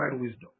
wisdom